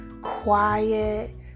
quiet